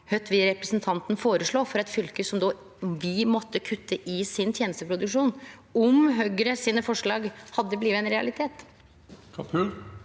Kva vil representanten føreslå for eit fylke som ville måtte kutte i tenesteproduksjonen sin om Høgre sine forslag hadde blitt ein realitet?